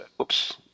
oops